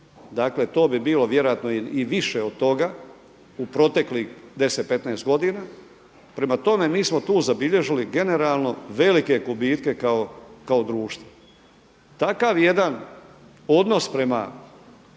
dakle to bi bilo vjerojatno i više od toga u proteklih deset, petnaest godina. Prema tome, mi smo tu zabilježili generalno velike gubitke kao društvo. Takav jedan odnos prema